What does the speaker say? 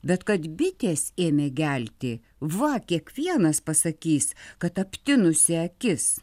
bet kad bitės ėmė gelti va kiekvienas pasakys kad aptinusi akis